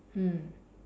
mm